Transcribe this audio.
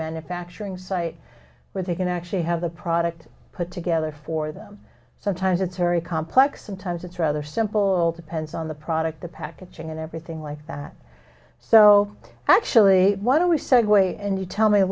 manufacturing site where they can actually have the product put together for them sometimes it's very complex sometimes it's rather simple depends on the product the packaging and everything like that so actually why don't we segue and you tell me a